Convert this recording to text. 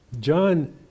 John